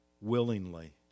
willingly